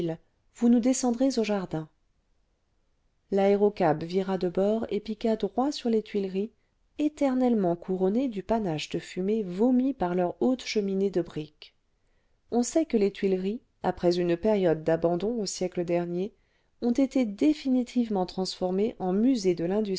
vous nous descendrez au jardin l'aérocab vira de bord et piqua droit sur les tuileries éternellement couronnées du panache de fumée vomi par leurs hautes cheminées de briques on sait que les tuileries après une période d'abandon au siècle dernier ont été définitivement transformées en musée de